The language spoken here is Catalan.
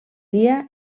dia